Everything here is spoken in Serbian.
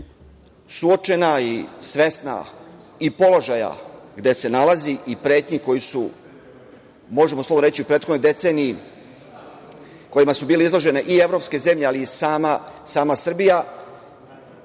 Suočena i svesna i položaja gde se nalazi i pretnjama koje su možemo slobodno reći u prethodnoj deceniji, kojima su bili izložene i evropske zemlje, ali i sama Srbija,